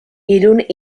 irun